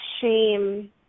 shame